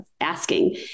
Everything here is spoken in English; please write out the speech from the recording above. asking